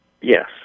Yes